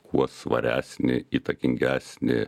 kuo svaresnį įtakingesnį